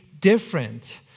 different